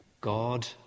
God